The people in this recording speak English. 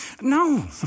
No